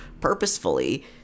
purposefully